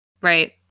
Right